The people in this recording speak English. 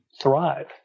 thrive